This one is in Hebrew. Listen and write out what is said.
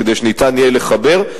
כדי שניתן יהיה לחבר.